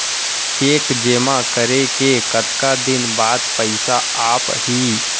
Cheque जेमा करे के कतका दिन बाद पइसा आप ही?